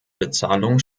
bezahlung